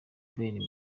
bayern